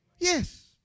Yes